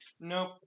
Nope